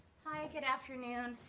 hi. good afternoon.